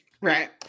Right